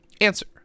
Answer